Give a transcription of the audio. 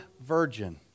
virgin